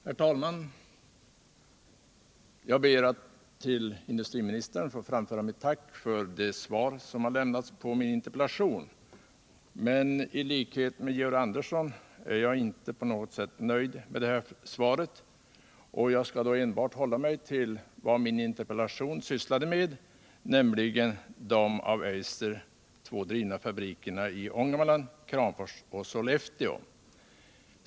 Herr talman! Jag ber att till industriministern få framföra mitt tack för det svar som har lämnats på min interpellation, men i likhet med Georg Anderssorn är jag inte på något sätt nöjd med detta svar. Jag skall enbart hålla mig till det som min interpellation rörde sig om, nämligen de två av Eiser i Ångermanland drivna fabrikerna, i Kramfors och i Sollefteå.